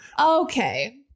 Okay